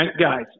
Guys